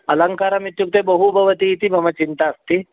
अलङ्कारः इत्युक्ते बहु भवति इति मम चिन्ता अस्ति